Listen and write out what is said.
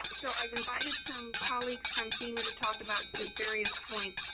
so, i've invited some colleagues from fema to talk about the various points.